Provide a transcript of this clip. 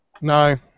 No